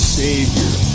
savior